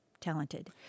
talented